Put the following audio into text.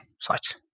sites